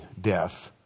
death